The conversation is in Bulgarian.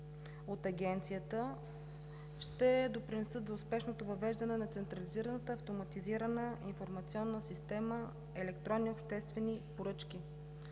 Агенцията ще допринесат за успешното въвеждане на централизираната автоматизирана информационна система „Електронни обществени поръчки“.